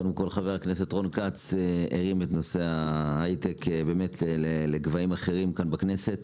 קודם כל חבר הכנסת רון כץ הרים את נושא ההייטק לגבהים אחרים כאן בכנסת,